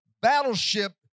battleship